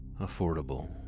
Affordable